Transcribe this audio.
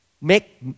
make